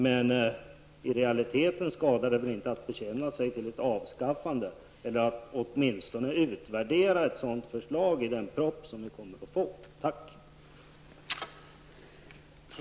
Men i realiteten skadar det väl inte att bekänna sig till ett avskaffande -- eller att åtminstone utvärdera ett sådant förslag i den proposition som vi kommer att få.